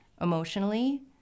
emotionally